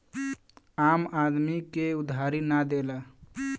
आम आदमी के उधारी ना देला